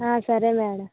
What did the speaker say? ఆ సరే మేడం